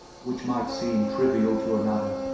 which might seem trivial to another,